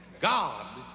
God